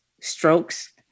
strokes